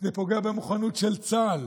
ופוגע במוכנות של צה"ל.